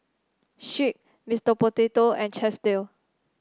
Schick Mr Potato and Chesdale